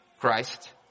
Christ